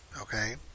okay